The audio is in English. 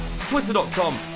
twitter.com